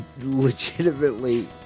legitimately